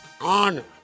honor